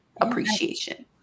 appreciation